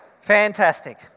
fantastic